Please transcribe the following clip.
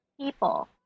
people